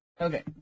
Okay